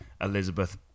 Elizabeth